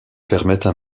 permettent